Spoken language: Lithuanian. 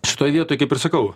šitoj vietoj kaip ir sakau